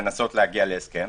להגיע להסכם,